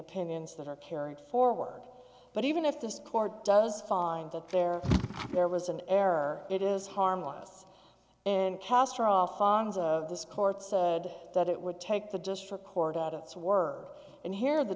opinions that are carried forward but even if this court does find that there there was an error it is harmless and castrol fons of this court said that it would take the district court at its word and here the